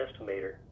estimator